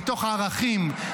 מתוך ערכים,